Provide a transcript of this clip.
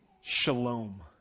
Shalom